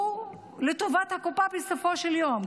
הוא לטובת הקופה בסופו של יום.